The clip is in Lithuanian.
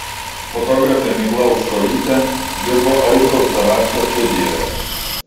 fotografė migla aukštuolytė dirbo audriaus zavadskio studijoje